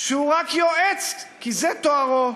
שהוא רק יועץ, כי זה תוארו.